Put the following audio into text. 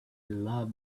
love